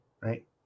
right